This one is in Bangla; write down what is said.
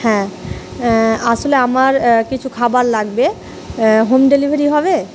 হ্যাঁ আসলে আমার কিছু খাবার লাগবে হোম ডেলিভারি হবে